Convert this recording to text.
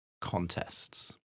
contests